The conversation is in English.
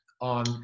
on